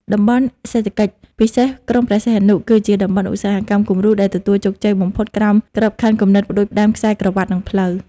តំបន់សេដ្ឋកិច្ចពិសេសក្រុងព្រះសីហនុ គឺជាតំបន់ឧស្សាហកម្មគំរូដែលទទួលជោគជ័យបំផុតក្រោមក្របខ័ណ្ឌ គំនិតផ្ដួចផ្ដើមខ្សែក្រវាត់ និងផ្លូវ។